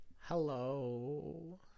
Hello